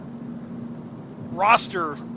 roster